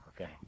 okay